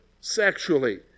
sexually